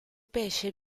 pesce